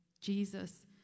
Jesus